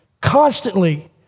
Constantly